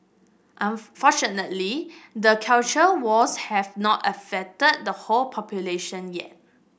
unfortunately the culture wars have not infected the whole population yet